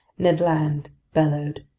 ned land bellowed.